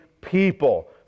people